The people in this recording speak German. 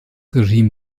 regime